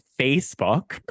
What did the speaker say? Facebook